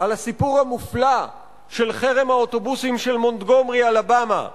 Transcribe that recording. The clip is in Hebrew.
על הסיפור המופלא של חרם האוטובוסים של מונטגומרי אלבמה,